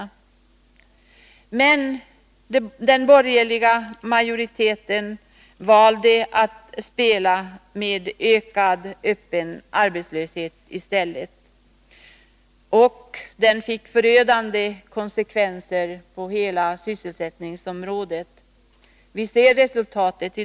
Men den borgerliga majoriteten valde att spela med ökad öppen arbetslöshet i stället, vilket fick förödande konsekvenser för sysselsättningen. Nu ser vi resultatet.